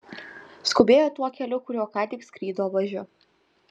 skubėjo tuo keliu kuriuo ką tik skrido važiu